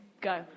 Go